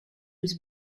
was